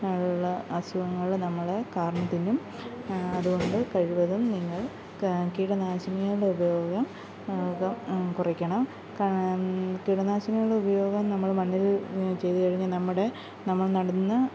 ഉള്ള അസുഖങ്ങൾ നമ്മളെ കാർന്നുതിന്നും അതുകൊണ്ട് കഴിവതും നിങ്ങൾ കീടനാശിനികളുടെ ഉപയോഗം കുറയ്ക്കണം കീടനാശിനികളുടെ ഉപയോഗം നമ്മൾ മണ്ണിൽ ചെയ്തുകഴിഞ്ഞാൽ നമ്മുടെ നമ്മൾ നടുന്ന